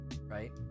Right